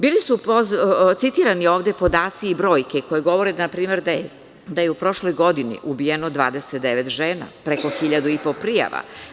Bili su ovde citirani podaci i brojke koje govore, na primer, da je u prošloj godini ubijeno 29 žena, preko 1.500 prijava.